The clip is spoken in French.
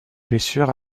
blessure